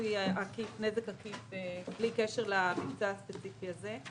לפיצוי נזק עקיף בלי קשר למבצע הספציפי הזה.